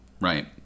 Right